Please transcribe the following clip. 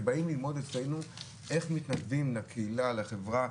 שבאים ללמוד אצלנו איך מתנדבים לקהילה לחברה,